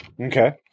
Okay